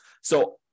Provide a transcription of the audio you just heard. So-